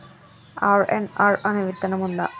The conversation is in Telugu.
ఆర్.ఎన్.ఆర్ అనే విత్తనం ఉందా?